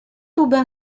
aubin